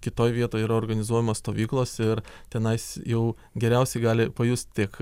kitoj vietoj yra organizuojamos stovyklos ir tenais jau geriausiai gali pajust tiek